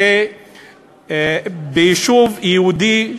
ביישוב יהודי,